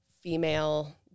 female